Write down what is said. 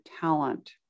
talent